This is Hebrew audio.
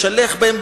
לשלח בהם,